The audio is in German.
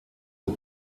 und